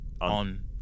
on